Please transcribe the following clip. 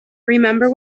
remember